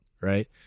right